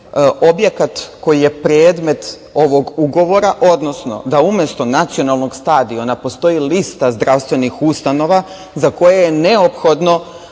objekat koji je predmet ovog ugovora, odnosno da umesto Nacionalnog stadiona postoji lista zdravstvenih ustanova za koje je neophodno